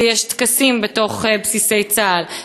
שיש טקסים בתוך בסיסי צה"ל,